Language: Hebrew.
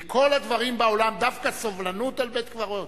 מכל הדברים בעולם דווקא סובלנות על בית-קברות?